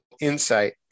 insight